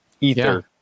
ether